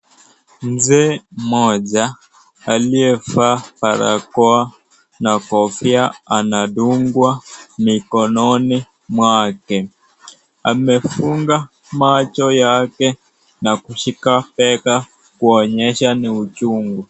Mzee mmoja aliyevaa barakoa na kofia anadungwa, mikono mwake, anafunga macho na kushika bega kuonyesha ni uchungu.